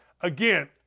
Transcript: Again